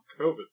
COVID